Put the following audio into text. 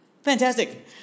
Fantastic